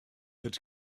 had